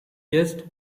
just